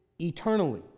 eternally